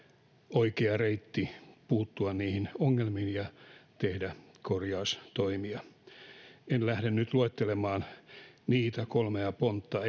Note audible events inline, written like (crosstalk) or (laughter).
oikea reitti puuttua niihin ongelmiin ja tehdä korjaustoimia en lähde nyt luettelemaan erikseen enää niitä kolmea pontta (unintelligible)